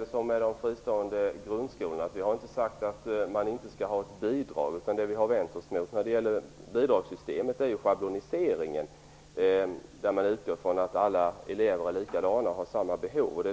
det som i fråga om de fristående grundskolorna. Vi har inte sagt att de inte skall ha bidrag, utan det vi har vänt oss mot är schabloniseringen i bidragssystemet, att man utgår ifrån att alla elever är likadana och har samma behov.